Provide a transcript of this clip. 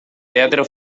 teatro